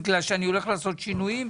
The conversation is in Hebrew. בגלל שאני הולך לעשות שינויים,